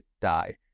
die